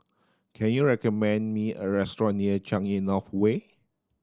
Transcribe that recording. can you recommend me a restaurant near Changi North Way